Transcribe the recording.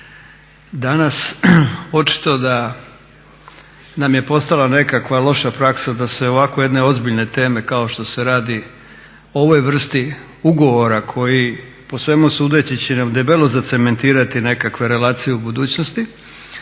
Danas očito da nam je postala nekakva loša praksa da se ovako jedne ozbiljne teme kao što se radi o ovoj vrsti ugovora koji po svemu sudeći će nam debelo zacementirati nekakve relacije u budućnosti